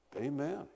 Amen